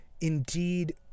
Indeed